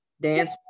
dance